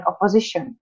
opposition